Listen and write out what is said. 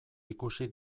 ikusi